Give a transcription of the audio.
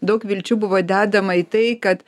daug vilčių buvo dedama į tai kad